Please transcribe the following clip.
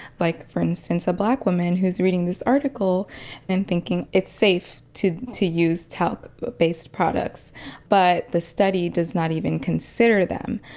like, for instance, a black woman who's reading this article and thinking it's safe to to use talc based products but the study does not even consider them.